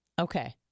Okay